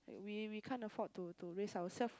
we we can't afford to to raise ourselves